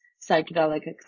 psychedelic